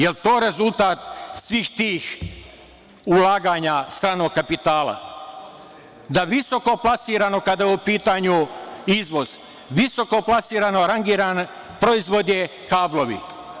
Jel to rezultat svih tih ulaganja stranog kapitala, da visoko plasirano, kada je u pitanju izvoz, visoko plasirano rangiran proizvod je – kablovi?